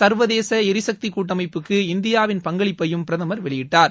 சா்வதேச எரிசுக்தி கூட்டமைப்புக்கு இந்தியாவின் பங்களிப்பையும் பிரதமா் வெளியிட்டார்